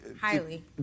Highly